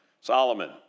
Solomon